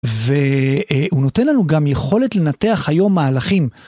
והוא נותן לנו גם יכולת לנתח היום מהלכים.